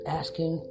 asking